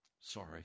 Sorry